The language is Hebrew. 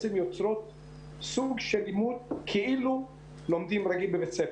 בעצם יוצרים סוג של לימוד כאילו לומדים רגיל בבית ספר.